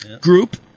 group